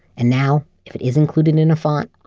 and now, if it is included in a font,